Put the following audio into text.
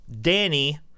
Danny